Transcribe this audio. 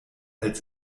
als